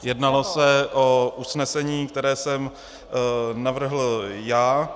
Jednalo se o usnesení, které jsem navrhl já.